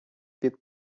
під